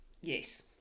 yes